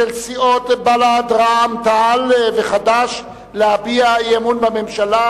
סיעות בל"ד רע"ם-תע"ל וחד"ש להביע אי-אמון בממשלה